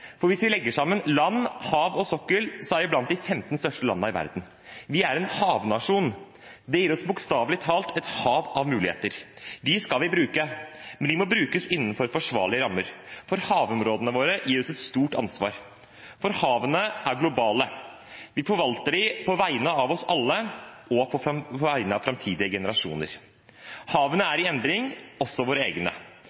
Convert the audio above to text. for hvis vi legger sammen land, hav og sokkel, er vi blant de 15 største landene i verden. Vi er en havnasjon. Det gir oss bokstavelig talt et hav av muligheter. Dem skal vi bruke, men de må brukes innenfor forsvarlige rammer, for havområdene våre gir oss et stort ansvar. Havene er globale. Vi forvalter dem på vegne av oss alle og på vegne av framtidige generasjoner. Havene